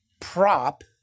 prop